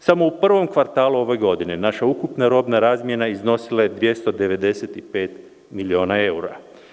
Samo u prvom kvartalu ove godine naša ukupna razmena iznosila je 295 miliona evra.